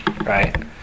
right